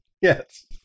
yes